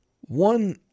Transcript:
One